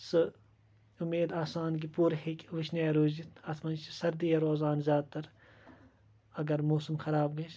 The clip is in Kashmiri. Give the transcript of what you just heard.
سۄ اُمید آسان کہِ پوٗرٕ ہیٚکہِ وُشنیر روٗزِتھ اَتھ منٛز چھِ سردیی روزان زیادٕ تَر اگر موسَم خراب گَژھہِ